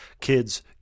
kids